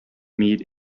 meet